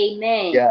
Amen